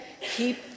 Keep